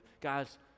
Guys